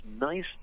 nice